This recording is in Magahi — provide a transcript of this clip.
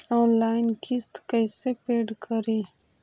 ऑनलाइन किस्त कैसे पेड करि?